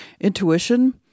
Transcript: intuition